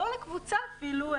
לא לקבוצה אפילו.